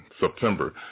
September